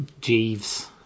Jeeves